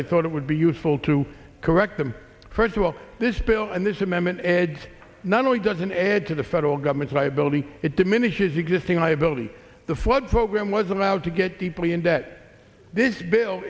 i thought it would be useful to correct them first of all this bill and this amendment adds not only doesn't add to the federal government's liability it diminishes existing liability the flood program was allowed to get deeply in debt this bill